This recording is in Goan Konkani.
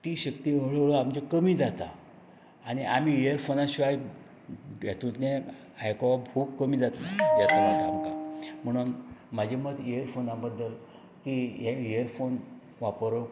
ती शक्ती हळुहळू आमची कमी जाता आनी आमी इयरफोना शिवाय हातूंतल्यान आयकप खूब कमी जाता आमकां म्हणून म्हजें मत हें इयरफोना बद्दल की हें इयरफोन वापरप